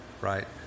right